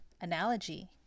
analogy